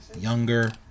younger